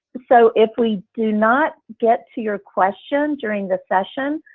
so if we do not get to your question during the session,